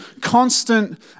constant